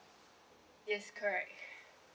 yes correct